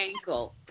ankle